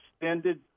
extended